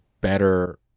better